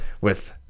with-